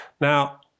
Now